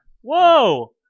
Whoa